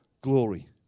glory